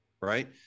right